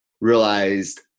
realized